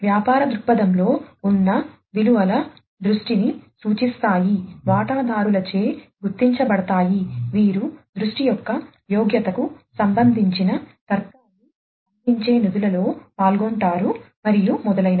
వ్యాపార దృక్పథంలో ఉన్న విలువల దృష్టిని సూచిస్తాయి వాటాదారులచే గుర్తించబడతాయి వీరు దృష్టి యొక్క యోగ్యతకు సంబంధించిన తర్కాన్ని అందించే నిధులలో పాల్గొంటారు మరియు మొదలైనవి